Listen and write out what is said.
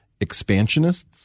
expansionists